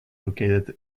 located